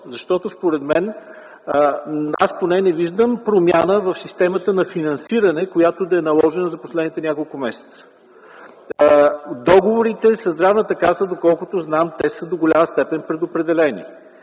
защото аз поне не виждам промяна в системата на финансиране, която да е наложена за последните няколко месеца. Договорите със Здравната каса, доколкото знам, са до голяма степен предопределени.